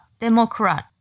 Democrat